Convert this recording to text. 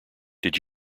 did